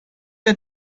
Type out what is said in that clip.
wir